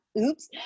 Oops